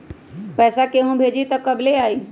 पैसा केहु भेजी त कब ले आई?